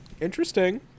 Interesting